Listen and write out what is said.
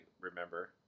remember